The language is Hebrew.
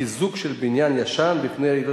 מלים בפי.